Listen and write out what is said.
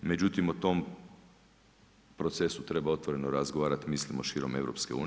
Međutim o tom procesu treba otvoreno razgovarati mislimo širom EU.